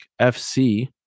FC